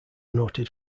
noted